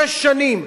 שש שנים.